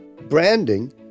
Branding